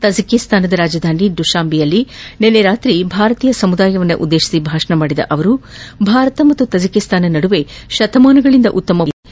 ತಹಕಿಸ್ತಾನದ ರಾಜಧಾನಿ ದುಶಾಂಬೆಯಲ್ಲಿ ನಿನ್ನೆ ರಾತ್ರಿ ಭಾರತೀಯ ಸಮುದಾಯವನ್ನುದ್ದೇತಿಸಿ ಭಾಷಣ ಮಾಡಿದ ಅವರು ಭಾರತ ಮತ್ತು ತಜಕಿಸ್ತಾನ ನಡುವೆ ಶತಮಾನಗಳಿಂದ ಉತ್ತಮ ಬಾಂಧವ್ಲವಿದೆ